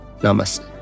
Namaste